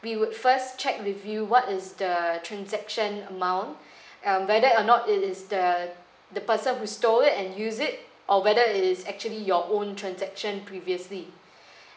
we would first check with you what is the transaction amount um whether or not it is the the person who stole it and use it or whether it is actually your own transaction previously